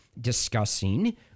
discussing